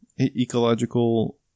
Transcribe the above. ecological